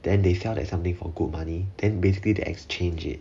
then they sell that something for good money then basically they exchange it